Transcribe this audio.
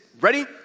Ready